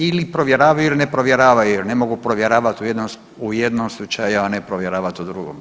Ili provjeravaju ili ne provjeravaju, jer ne mogu provjeravati u jednom slučaju, a ne provjeravati u drugom.